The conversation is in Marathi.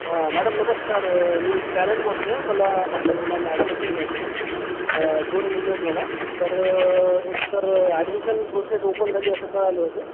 हां मॅडम नमस्कार मी एक पॅरेंट बोलतोय मला माझ्या मुलांना ॲडमिशन घ्यायचंय दोन मुलंत मला तर एक तर ॲडमिशन प्रोसेस ओपन झाली असं कळाले होते